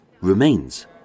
remains